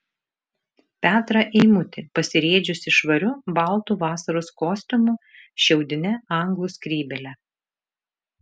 petrą eimutį pasirėdžiusį švariu baltu vasaros kostiumu šiaudine anglų skrybėle